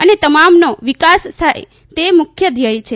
અને તમામનો વિકાસ થાય તે મુખ્ય ધ્યેથ છે